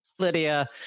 Lydia